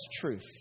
truth